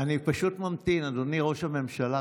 אני פשוט ממתין, אדוני ראש הממשלה.